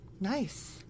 Nice